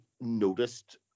noticed